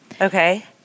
Okay